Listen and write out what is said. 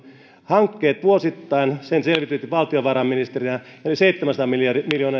hankkeet vuosittain sen selvititte valtiovarainministerinä eli seitsemänsadan miljoonan euron